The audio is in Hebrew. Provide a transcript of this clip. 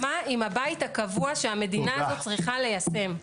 מה עם הבית הקבוע שהמדינה הזאת צריכה ליישם?